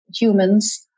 humans